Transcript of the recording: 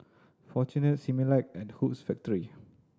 Fortune Similac and Hoops Factory